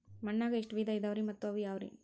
ಮಣ್ಣಾಗ ಎಷ್ಟ ವಿಧ ಇದಾವ್ರಿ ಮತ್ತ ಅವು ಯಾವ್ರೇ?